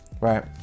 right